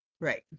Right